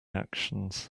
actions